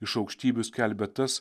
iš aukštybių skelbia tas